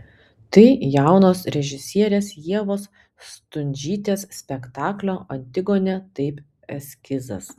tai jaunos režisierės ievos stundžytės spektaklio antigonė taip eskizas